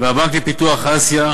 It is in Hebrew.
והבנק לפיתוח אסיה,